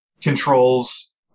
controls